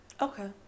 Okay